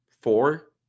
four